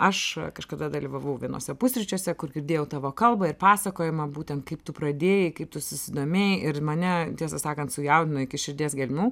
aš kažkada dalyvavau vienuose pusryčiuose kur girdėjau tavo kalbą ir pasakojamą būtent kaip tu pradėjai kaip tu susidomėjai ir mane tiesą sakant sujaudino iki širdies gelmių